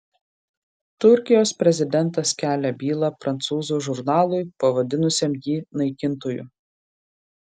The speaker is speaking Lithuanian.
turkijos prezidentas kelia bylą prancūzų žurnalui pavadinusiam jį naikintoju